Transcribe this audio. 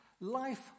Life